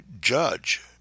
judge